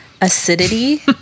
acidity